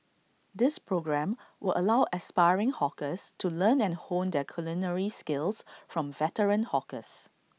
this programme will allow aspiring hawkers to learn and hone their culinary skills from veteran hawkers